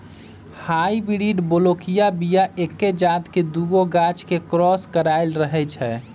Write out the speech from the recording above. hybrid बलौकीय बीया एके जात के दुगो गाछ के क्रॉस कराएल रहै छै